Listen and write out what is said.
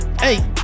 Hey